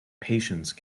patience